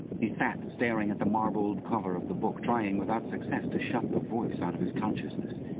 he sat staring at the marbled cover of the book, trying without success to shut the voice out of his consciousness.